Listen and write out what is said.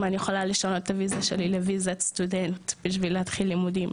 אני יכולה לשנות את הוויזה שלי לוויזת סטודנט בשביל להתחיל לימודים